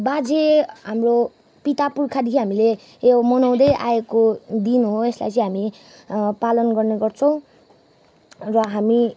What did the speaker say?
बाजे हाम्रो पिता पुर्खादेखि हामीले यो मनाउँदै आएको दिन हो यसलाई चाहिँ हामी पालन गर्ने गर्छौँ र हामी